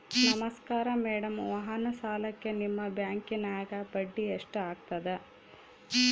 ನಮಸ್ಕಾರ ಮೇಡಂ ವಾಹನ ಸಾಲಕ್ಕೆ ನಿಮ್ಮ ಬ್ಯಾಂಕಿನ್ಯಾಗ ಬಡ್ಡಿ ಎಷ್ಟು ಆಗ್ತದ?